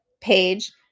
page